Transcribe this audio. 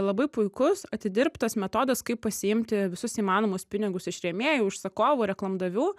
labai puikus atidirbtas metodas kaip pasiimti visus įmanomus pinigus iš rėmėjų užsakovų reklamdavių